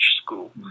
school